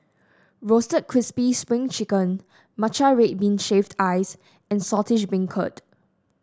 Roasted Crispy Spring Chicken Matcha Red Bean Shaved Ice and Saltish Beancurd